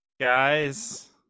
guys